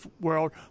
world